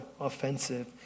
offensive